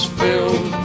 filled